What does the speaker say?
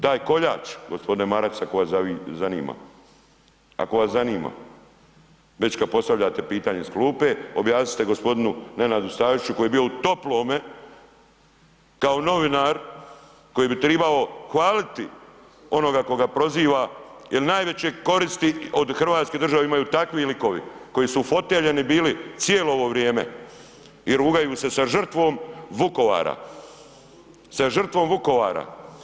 Taj koljač gospodine Maras ako vas zanima, ako vas zanima već kada postavljanje pitanje iz klupe objasnite gospodinu Nenadu Staziću koji je bio u toplome kao novinar koji bi tribao hvaliti onoga koga proziva jer najveće koristi od Hrvatske države imaju takvi likovi koji su ufoteljeni bili cijelo ovo vrijeme i rugaju se sa žrtvom Vukovara, sa žrtvom Vukovara.